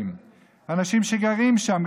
אנשים שגרים שם,